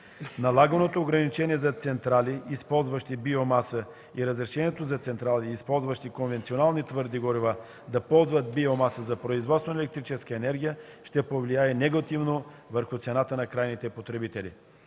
Налаганото ограничение за централите, използващи биомаса, и разрешението за централите, използващи конвенционални твърди горива, да ползват биомаса за производство на електрическа енергия ще повлияе негативно върху цената за крайните потребители.